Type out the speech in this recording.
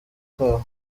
kabo